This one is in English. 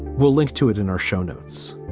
we'll link to it in our show notes